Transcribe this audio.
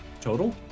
Total